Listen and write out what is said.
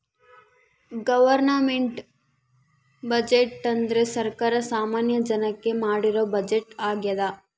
government budget ಅಂದ್ರೆ ಸರ್ಕಾರ ಸಾಮಾನ್ಯ ಜನಕ್ಕೆ ಮಾಡಿರೋ ಬಜೆಟ್ ಆಗ್ಯದ